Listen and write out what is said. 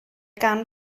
gan